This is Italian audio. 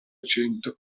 cento